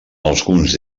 alguns